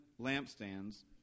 lampstands